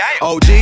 OG